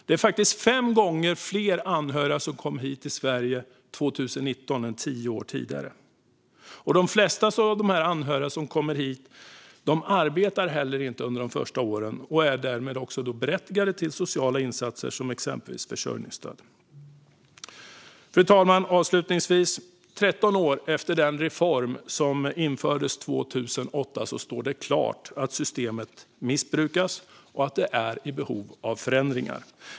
Det var faktiskt fem gånger fler anhöriga som kom till Sverige 2019 än vad det var tio år tidigare. De flesta anhöriga som kommer hit arbetar inte under de första åren och är därmed berättigade till sociala insatser, exempelvis försörjningsstöd. Fru talman! Avslutningsvis: Tretton år efter den reform som infördes 2008 står det klart att systemet missbrukas och är i behov av förändringar.